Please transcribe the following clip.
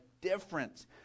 difference